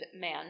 man